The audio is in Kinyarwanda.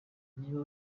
niba